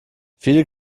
viele